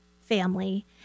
family